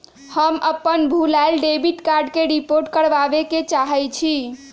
हम अपन भूलायल डेबिट कार्ड के रिपोर्ट करावे के चाहई छी